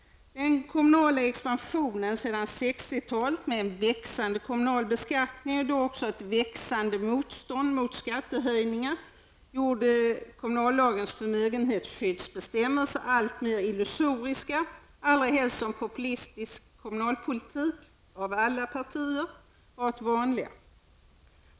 Den kommunala expansionen sedan 1960-talet med växande komunal beskattning och ett växande motstånd mot skattehöjningar, gjorde kommunallagens förmögenhetsskyddsbestämmelser alltmer illusoriska, allra helst som populistisk kommunalpolitik av alla partier varit vanlig.